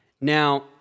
Now